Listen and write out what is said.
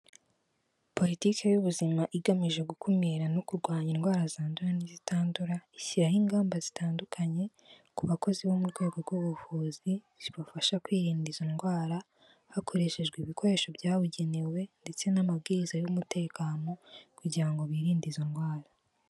Politiki y'ubuzima igamije gukumira no kurwanya indwara zandura n'izitandura, ishyiraho ingamba zitandukanye ku bakozi bo mu rwego rw'ubuvuzi zibafasha kwirinda izo ndwara, hakoreshejwe ibikoresho byabugenewe ndetse n'amabwiriza y'umutekano kugira ngo birinde izo ndwara.